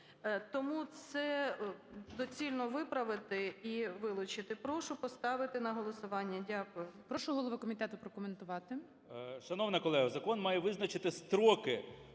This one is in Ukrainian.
Тому це доцільно виправити і вилучити. Прошу поставити на голосування. Дякую. ГОЛОВУЮЧИЙ. Прошу, голово комітету, прокоментувати.